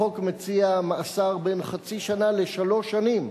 החוק מציע מאסר בין חצי שנה לשלוש שנים,